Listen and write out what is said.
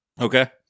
Okay